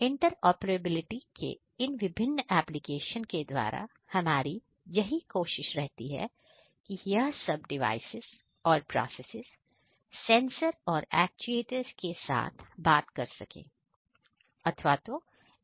inter operability के इन विभिन्न एप्लीकेशन के द्वारा हमारी कोशिश यही रहती है कि यह सब डिवाइसेज और प्रोसेसेस सेंसर और एक्चुएटर्स के साथ बात कर सके एक साथ काम कर सकें